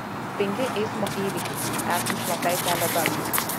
penki eismo įvykiai esant šlapiai kelio dangai